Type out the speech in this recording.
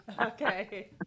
Okay